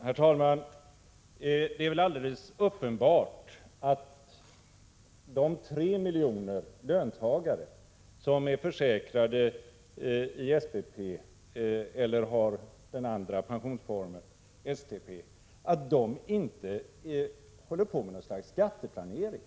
Herr talman! Det är alldeles uppenbart att de 3 miljoner löntagare som är försäkrade i SPP eller har den andra pensionsformen, STP, inte håller på med något slags skatteplanering.